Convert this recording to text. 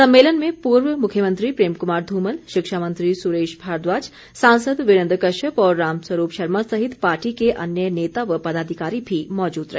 सम्मेलन में पूर्व मुख्यमंत्री प्रेम कुमार धूमल शिक्षा मंत्री सुरेश भारद्वाज सांसद वीरेन्द्र कश्यप और राम स्वरूप शर्मा सहित पार्टी के अन्य नेता व पदाधिकारी भी मौजूद रहे